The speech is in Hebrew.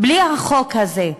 בלי החוק הזה?